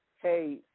hey